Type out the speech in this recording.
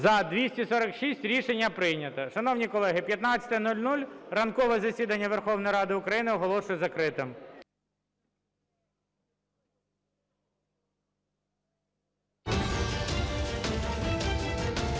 За-246 Рішення прийнято. Шановні колеги, 15:00. Ранкове засідання Верховної Ради України оголошую закритим.